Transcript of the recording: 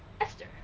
Esther